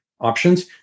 options